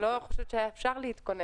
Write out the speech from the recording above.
אני לא חושבת שהיה אפשר להתכונן.